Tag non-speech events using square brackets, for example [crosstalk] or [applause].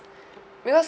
[breath] because